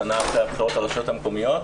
השנה של הבחירות לרשויות המקומיות.